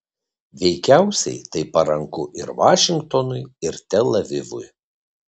veikiausiai tai paranku ir vašingtonui ir tel avivui